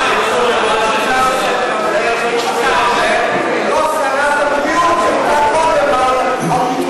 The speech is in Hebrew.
מבחן כזה לכל אחד מהשרים בממשלה.